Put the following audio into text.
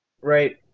right